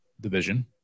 division